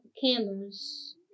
cameras